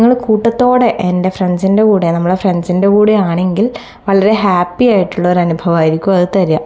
ഞങ്ങൾ കൂട്ടത്തോടെ എൻ്റെ ഫ്രണ്ട്സിൻ്റെ കൂടെ നമ്മുടെ ഫ്രണ്ട്സിൻ്റെ കൂടെയാണെങ്കിൽ വളരെ ഹാപ്പി ആയിട്ടുള്ളൊരു അനുഭവമായിരിക്കും അത് തരുക